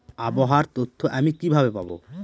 আবহাওয়ার তথ্য আমি কিভাবে পাবো?